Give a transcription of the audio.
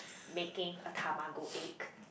making a Tamago egg